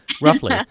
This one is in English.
roughly